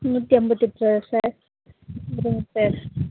நூற்றி ஐம்பத்தெட்டு ரூபாயா சார் கொடுங்க சார்